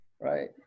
right